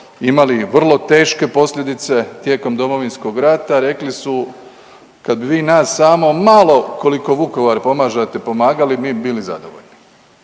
imali vrlo teške posljedice tijekom Domovinskog rata. Rekli su kad vi nas samo malo koliko Vukovar pomažete pomagali mi bi bili zadovoljni.